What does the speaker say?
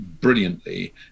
brilliantly